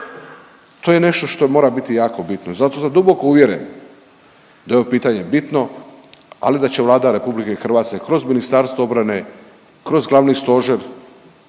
To je nešto što mora biti jako bitno. Zato sam duboko uvjeren da je ovo pitanje bitno, ali da će Vlade RH kroz Ministarstvo obrane, kroz glavni stožer,